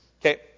Okay